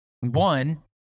one